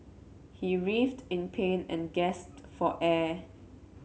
he writhed in pain and gasped for air